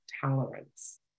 tolerance